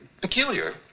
Peculiar